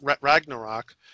Ragnarok